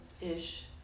ish